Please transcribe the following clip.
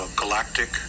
galactic